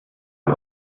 mal